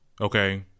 okay